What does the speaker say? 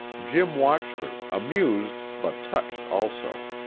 jim watched her, amused but touched also.